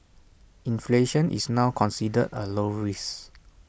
inflation is now considered A low risk